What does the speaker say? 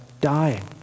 dying